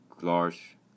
large